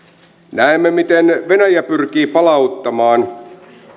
näemme miten venäjä pyrkii palauttamaan